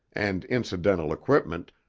and incidental equipment,